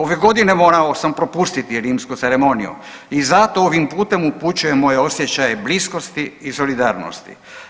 Ove godine morao sam propustiti rimsku ceremoniju i zato ovim putem upućujem moje osjećaje bliskosti i solidarnosti.